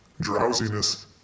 drowsiness